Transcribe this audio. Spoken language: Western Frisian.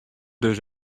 dus